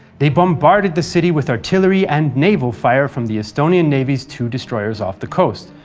they bombarded the city with artillery and naval fire from the estonian navy's two destroyers off the coast,